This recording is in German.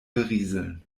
berieseln